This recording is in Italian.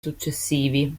successivi